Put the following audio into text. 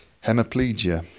Hemiplegia